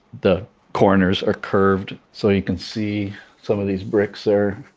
the corners are curved, so you can see some of these bricks there,